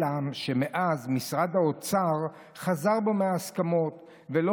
אלא שמאז משרד האוצר חזר בו מההסכמות ולא